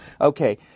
Okay